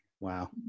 Wow